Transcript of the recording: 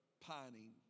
pining